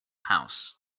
house